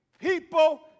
people